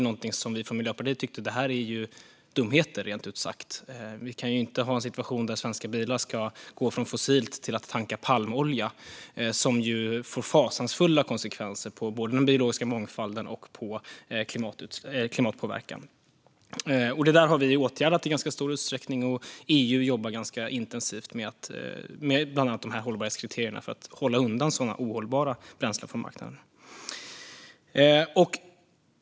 Vi från Miljöpartiet tyckte rent ut sagt att detta var dumheter. Vi kan ju inte ha en situation där svenska bilar ska gå från fossilt till att tanka palmolja, som får fasansfulla konsekvenser för både den biologiska mångfalden och klimatpåverkan. Det där har vi åtgärdat i ganska stor utsträckning. EU jobbar ganska intensivt med bland annat hållbarhetskriterier för att hålla undan sådana ohållbara bränslen från marknaden.